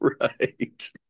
right